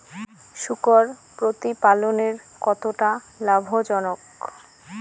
শূকর প্রতিপালনের কতটা লাভজনক?